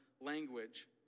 language